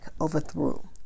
overthrew